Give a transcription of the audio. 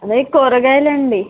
అదే కూరగాయలండి